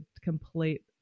complete